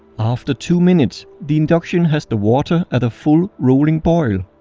after two minutes, the induction has the water at a full, rolling boil.